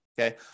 okay